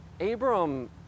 abram